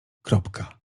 kropka